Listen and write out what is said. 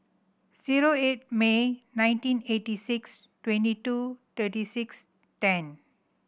zero eight May nineteen eighty six twenty two thirty six ten